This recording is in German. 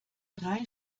drei